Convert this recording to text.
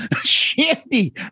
Shandy